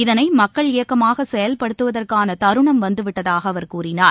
இதனை மக்கள் இயக்கமாக செயல்படுத்துவதற்கான தருணம் வந்துவிட்டதாக அவர் கூறினார்